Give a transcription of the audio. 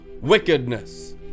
wickedness